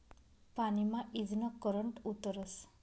पानी मा ईजनं करंट उतरस